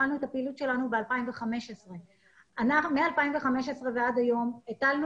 התחלנו את הפעילות שלנו בשנת 2015. מ-2015 ועד היום הטלנו